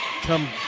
come